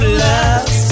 love